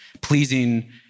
pleasing